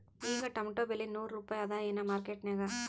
ಈಗಾ ಟೊಮೇಟೊ ಬೆಲೆ ನೂರು ರೂಪಾಯಿ ಅದಾಯೇನ ಮಾರಕೆಟನ್ಯಾಗ?